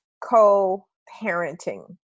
co-parenting